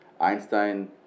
Einstein